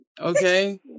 Okay